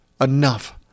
enough